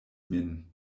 min